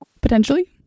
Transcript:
Potentially